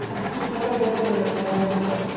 اَمہِ سۭتۍ چھِ اَسہِ واریاہ ڈیٚولَپمیٚنٹ گژھان گاندربَلس